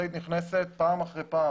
המשאית נכנסת פעם אחר פעם